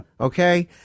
Okay